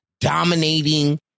dominating